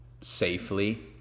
safely